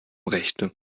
rechte